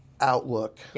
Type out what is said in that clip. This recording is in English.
outlook